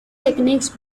techniques